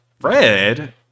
Red